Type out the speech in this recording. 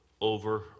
over